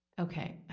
Okay